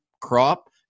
crop